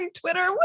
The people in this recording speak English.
Twitter